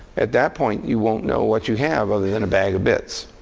at that point, you won't know what you have other than a bag of bits.